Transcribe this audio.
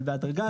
בהדרגה,